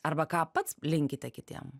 arba ką pats linkite kitiem